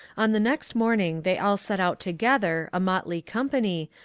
on the next morning they all set out together, a motley company,